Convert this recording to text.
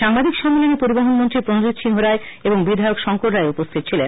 সাংবাদিক সম্মেলনে পরিবহণমন্ত্রী প্রণজিৎ সিংহরায় এবং বিধায়ক শংকর রায়ও উপস্থিত ছিলেন